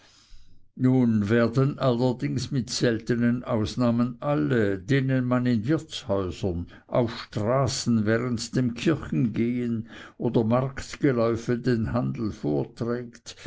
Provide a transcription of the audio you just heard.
nun werden allerdings mit seltenen ausnahmen alle denen man in wirtshäusern auf straßen während dem kirchengehen oder marktgeläufe den handel vorträgt